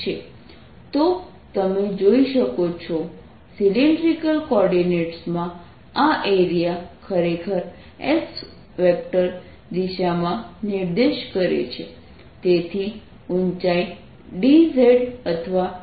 Fxy2xi3yj તો તમે જોઈ શકો છો સલિન્ડ્રિકલ કોઓર્ડિનેટ્સ માં આ એરિયા ખરેખર S દિશામાં નિર્દેશ કરે છે તેની ઉંચાઇ dz અથવા z છે